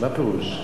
מה פירוש?